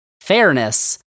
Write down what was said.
fairness